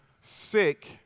sick